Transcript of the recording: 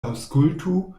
aŭskultu